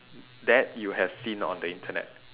that you have seen on the internet